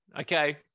Okay